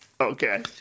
Okay